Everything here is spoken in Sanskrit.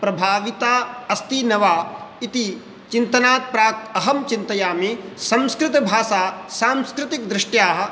प्रभाविता अस्ति न वा इति चिन्तनात् प्राक् अहं चिन्तयामि संस्कृतभाषा सांस्कृतिकदृष्ट्या